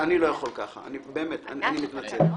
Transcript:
אני מתנצל.